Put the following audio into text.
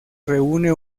reúne